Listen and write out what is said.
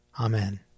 Amen